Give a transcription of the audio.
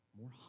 more